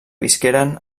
visqueren